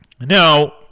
Now